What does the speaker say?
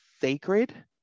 sacred